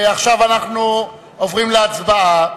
עכשיו אנחנו עוברים להצבעה.